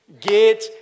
Get